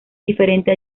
diferente